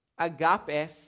agapes